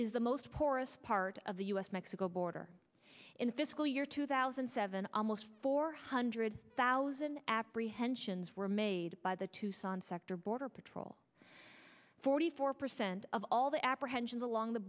is the most porous part of the us mexico border in fiscal year two thousand and seven almost four hundred thousand apprehensions were made by the tucson sector border patrol forty four percent of all the apprehensions along the